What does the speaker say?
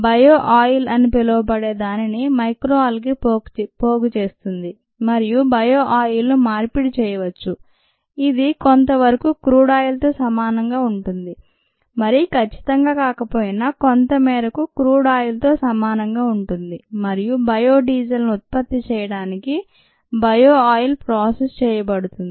bio oil అని పిలవబడే దానిని మైక్రోఆల్గే పోగు చేస్తుంది మరియు బయో ఆయిల్ ను మార్పిడి చేయవచ్చు ఇది కొంతవరకు క్రూడ్ ఆయిల్ తో సమానంగా ఉంటుంది మరీ కచ్చితంగా కాకపోయినా కొంతమేరకు క్రూడ్ ఆయిల్ తో సమానంగా ఉంటుంది మరియు బయో డీజిల్ ను ఉత్పత్తి చేయడానికి బయో ఆయిల్ ప్రాసెస్ చేయబడుతుంది